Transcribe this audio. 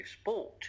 sport